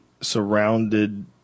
surrounded